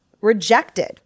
rejected